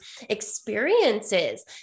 experiences